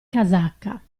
casacca